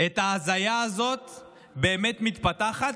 את ההזיה הזאת באמת מתפתחת,